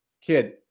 kid